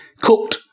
cooked